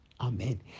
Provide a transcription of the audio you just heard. Amen